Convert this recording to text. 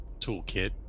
toolkit